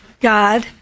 God